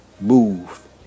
move